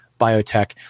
biotech